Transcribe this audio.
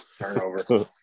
Turnover